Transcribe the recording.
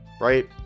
right